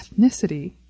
ethnicity